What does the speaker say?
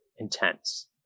intense